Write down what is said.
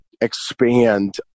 expand